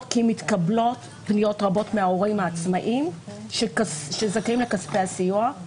כי מתקבלות פניות רבות מההורים העצמאיים שזכאים לכספי הסיוע.